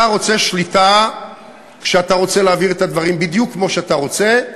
אתה רוצה שליטה כשאתה רוצה להעביר את הדברים בדיוק כמו שאתה רוצה.